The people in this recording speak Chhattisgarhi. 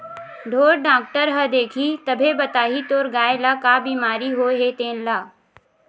ढ़ोर डॉक्टर ह देखही तभे बताही तोर गाय ल का बिमारी होय हे तेन ल